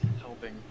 helping